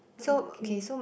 okay